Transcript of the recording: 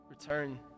return